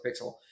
pixel